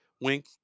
wink